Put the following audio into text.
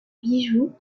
bijou